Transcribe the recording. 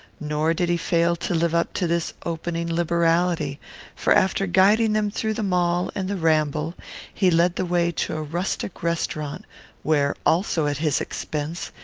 nor did he fail to live up to this opening liberality for after guiding them through the mall and the ramble he led the way to a rustic restaurant where, also at his expense,